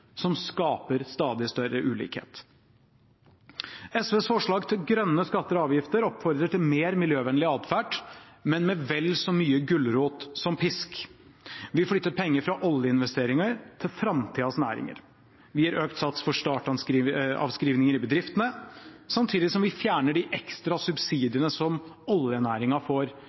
som skaper stadig større ulikhet. SVs forslag til grønne skatter og avgifter oppfordrer til mer miljøvennlig atferd, men med vel så mye gulrot som pisk. Vi flytter penger fra oljeinvesteringer til framtidas næringer. Vi gir økt sats for startavskrivninger i bedriftene, samtidig som vi fjerner de ekstra